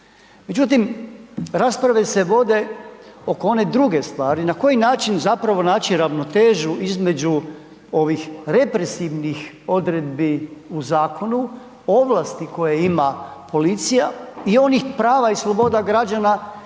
Međutim rasprave se vode oko one druge stvari, na koji način zapravo naći ravnotežu između ovih represivnih odredbi u zakonu, ovlasti koje ima policija i onih prava i sloboda građana